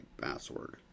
password